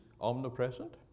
omnipresent